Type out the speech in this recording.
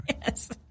Yes